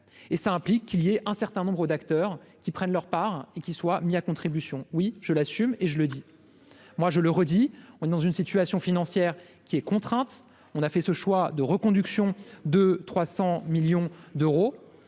et cela implique qu'il y ait un certain nombre d'acteurs qui prennent leur part et qu'il soient mis à contribution, oui je l'assume et je le dis, moi, je le redis, on est dans une situation financière qui est contrainte, on a fait ce choix de reconduction de 300 millions d'euros